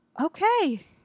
Okay